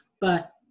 but-